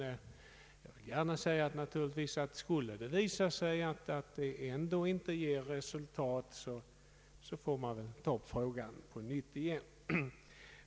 Jag vill emellertid framhålla att om det skulle visa sig att man inte når något resultat den vägen, får frågan tas upp på nytt.